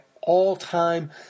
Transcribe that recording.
all-time